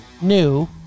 new